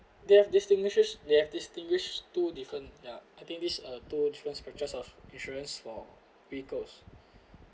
they have distinguishes they have distinguish two different yeah I think these uh two insurance purchased of insurance for vehicles